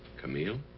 camille,